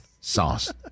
sauce